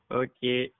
okay